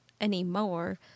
Anymore